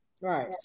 Right